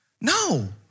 No